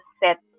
set